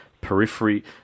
Periphery